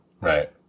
Right